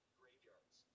graveyards